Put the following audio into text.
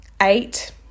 eight